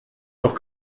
doch